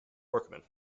workmen